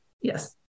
Yes